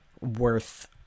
worth